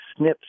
SNPs